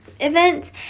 event